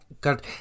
God